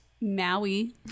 Maui